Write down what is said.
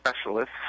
specialists